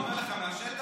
אני אומר לך מהשטח,